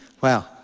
Wow